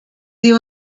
sie